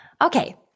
Okay